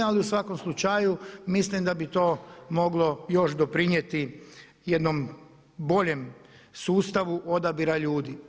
Ali u svakom slučaju mislim da bi to moglo još doprinijeti jednom boljem sustavu odabira ljudi.